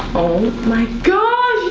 oh my gosh.